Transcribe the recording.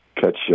catch